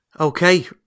Okay